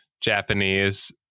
Japanese